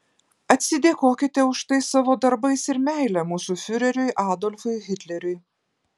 atsidėkokite už tai savo darbais ir meile mūsų fiureriui adolfui hitleriui